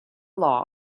law